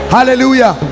Hallelujah